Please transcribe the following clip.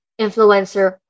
influencer